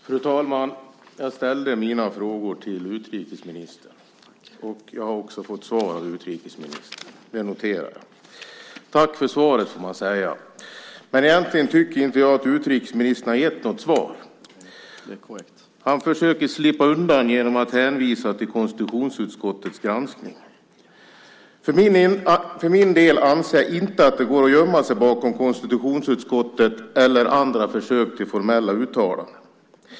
Fru talman! Jag ställde mina frågor till utrikesministern och har också fått svar av utrikesministern; det noterar jag. Tack för svaret! Det får man väl säga. Men egentligen har inte utrikesministern, tycker jag, gett något svar. : Det är korrekt.) Han försöker slippa undan genom att hänvisa till konstitutionsutskottets granskning. För egen del anser jag inte att det går att gömma sig bakom konstitutionsutskottet eller andra försök till formella uttalanden.